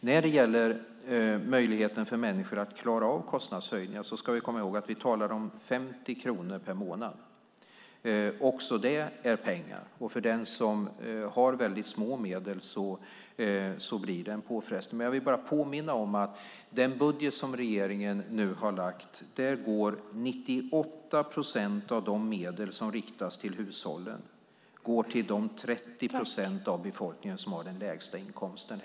När det gäller möjligheten för människor att klara av kostnadshöjningar ska vi komma ihåg att vi talar om 50 kronor per månad. Också det är pengar, och för den som har små medel blir det en påfrestning. Men jag vill bara påminna om att i den budget som regeringen nu har lagt fram går 98 procent av de medel som riktas till hushållen till de 30 procent av befolkningen som har den lägsta inkomsten.